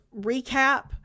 recap